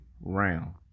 Round